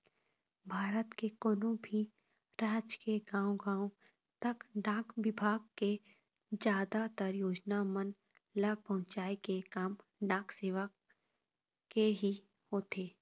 भारत के कोनो भी राज के गाँव गाँव तक डाक बिभाग के जादातर योजना मन ल पहुँचाय के काम डाक सेवक के ही होथे